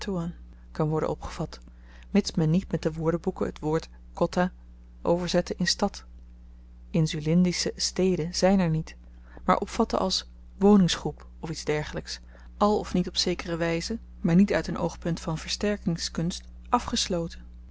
kan worden opgevat mits men niet met de woordenboeken t woord kotta overzette in stad insulindische steden zyn er niet maar opvatte als woningsgroep of iets dergelyks al of niet op zekere wyze maar niet uit n oogpunt van versterkingskunst afgesloten